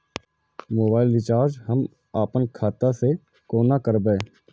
Mobile recharge हम आपन खाता से कोना करबै?